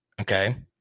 Okay